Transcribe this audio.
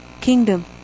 kingdom